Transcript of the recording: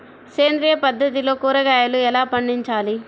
సేంద్రియ పద్ధతిలో కూరగాయలు ఎలా పండించాలి?